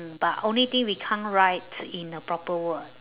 mm but only thing we can't write in a proper word